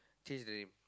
change the name